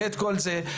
ואת כל זה,